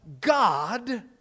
God